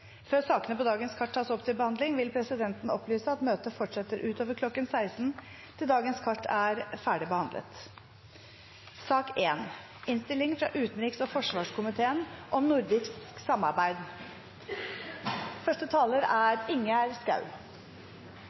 Før sakene på dagens kart tas opp til behandling, vil presidenten opplyse at møtet fortsetter utover kl. 16, til dagens kart er ferdigbehandlet. Nordisk råd er et av verdens mest omfattende regionale samarbeid. Samarbeidet er både politisk, økonomisk og kulturelt forankret. En